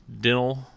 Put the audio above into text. Dental